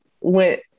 went